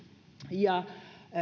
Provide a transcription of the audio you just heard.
ja